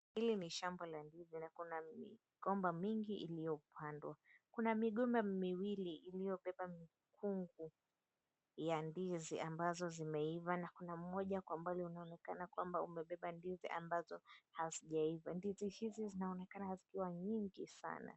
Hili ni shamba la ndizi na kuna migomba mingi iliyopandwa kuna migomba miwili iliyobeba mikungu ya ndizi ambazo zimeiva na kuna mmoja kwa mbali unaonekana kwamba umebeba ndizi ambazo hazijaiva ndizi hizi zinaonekana zikiwa nyingi sana.